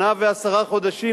שנה ועשרה חודשים,